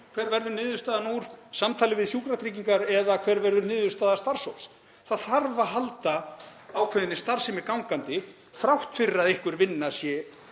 hver verður niðurstaðan úr samtali við Sjúkratryggingar eða hver verður niðurstaða starfshóps. Það þarf að halda ákveðinni starfsemi gangandi þrátt fyrir að einhver vinna sé